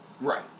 Right